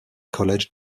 college